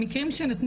שיש